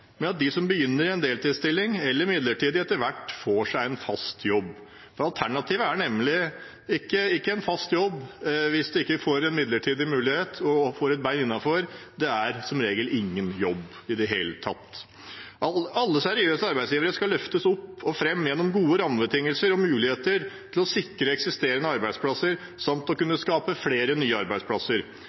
med at de som begynner i en deltidsstilling eller en midlertidig stilling, etter hvert får seg en fast jobb. Alternativet hvis de ikke får en midlertidig mulighet og et bein innenfor, er nemlig ikke fast jobb, det er som regel ingen jobb i det hele tatt. Alle seriøse arbeidsgivere skal løftes opp og fram gjennom gode rammebetingelser og muligheter til å sikre eksisterende arbeidsplasser samt å kunne skape flere nye.